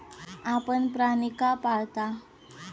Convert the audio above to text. आपण प्राणी का पाळता?